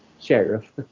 Sheriff